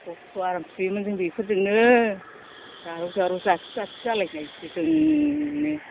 खथ'आराम सुयोमोन जों बेफोरजों नो जारौ जारौ जाथि जाथि जालायनाय गोजोंनो